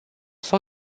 sau